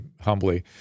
humbly